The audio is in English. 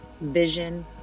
vision